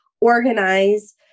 organize